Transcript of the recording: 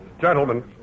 Gentlemen